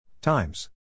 Times